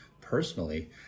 personally